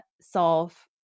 solve